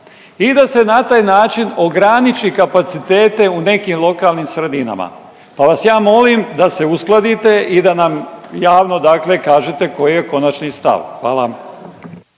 i da se na taj način ograniči kapacitete u nekim lokalnim sredinama. Pa vas ja molim da se uskladite i da nam javno dakle kažete koji je konačni stav. Hvala.